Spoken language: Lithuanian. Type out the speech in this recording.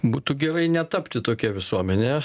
būtų gerai netapti tokia visuomene